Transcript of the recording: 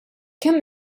kemm